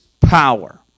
power